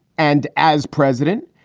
and as president,